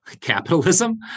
Capitalism